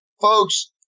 Folks